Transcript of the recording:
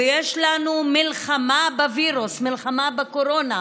ויש לנו מלחמה בווירוס, מלחמה בקורונה,